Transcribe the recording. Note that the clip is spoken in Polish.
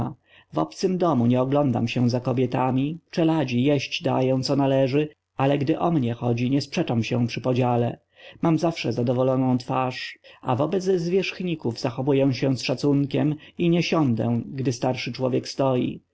w obcym domu nie oglądam się za kobietami czeladzi jeść daję co należy ale gdy o mnie chodzi nie sprzeczam się przy podziale mam zawsze zadowoloną twarz a wobec zwierzchników zachowuję się z szacunkiem i nie siądę gdy starszy człowiek stoi